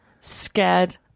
scared